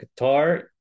guitar